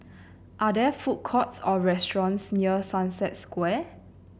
are there food courts or restaurants near Sunset Square